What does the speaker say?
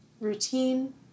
routine